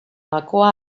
gakoa